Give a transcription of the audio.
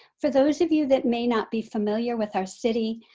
for those of you that may not be familiar with our city,